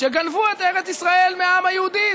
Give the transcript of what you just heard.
שגנבו את ארץ ישראל מהעם היהודי.